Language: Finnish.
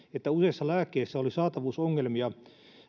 että useissa lääkkeissä oli saatavuusongelmia